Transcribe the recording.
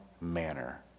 manner